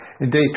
Indeed